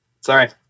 Sorry